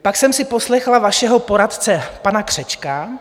Pak jsem si poslechla vašeho poradce pana Křečka.